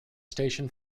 station